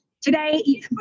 today